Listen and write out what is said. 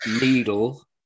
needle